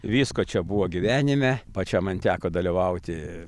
visko čia buvo gyvenime pačiam man teko dalyvauti